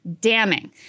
damning